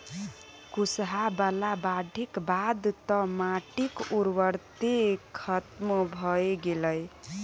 कुसहा बला बाढ़िक बाद तँ माटिक उर्वरते खतम भए गेलै